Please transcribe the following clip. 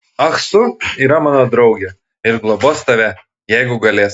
ah su yra mano draugė ir globos tave jeigu galės